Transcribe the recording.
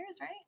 right